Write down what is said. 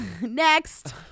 Next